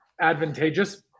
advantageous